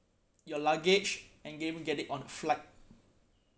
your luggage and they even get it on flight